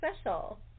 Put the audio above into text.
special